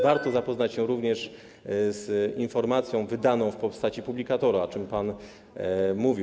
Warto zapoznać się również z informacją wydaną w postaci publikatora, o czym pan mówił.